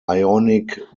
ionic